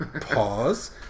pause